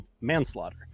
manslaughter